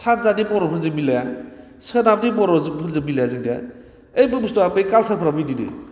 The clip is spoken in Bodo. सानजानि बर'फोरजों मिलाया सोनाबनि बर'फोरजों मिलाया जोंना ओइ बे बुसथुवा काल्सारफोराबो बिदिनो